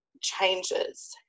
changes